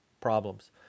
problems